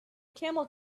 camel